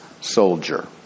soldier